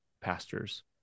pastors